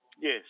Yes